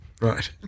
Right